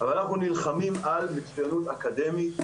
אבל אנחנו נלחמים על מצויינות אקדמית.